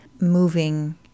moving